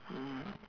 mm